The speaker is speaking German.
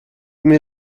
mir